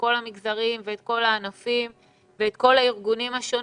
כל המגזרים ואת כל הענפים ואת כל הארגונים השונים.